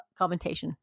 commentation